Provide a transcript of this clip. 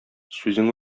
сүзең